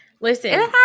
Listen